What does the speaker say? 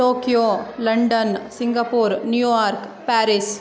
Tokyo London Singapore New York Paris